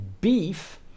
beef